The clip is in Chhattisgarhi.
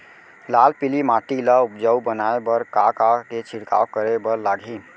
लाल पीली माटी ला उपजाऊ बनाए बर का का के छिड़काव करे बर लागही?